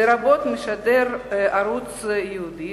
לרבות משדר ערוץ ייעודי,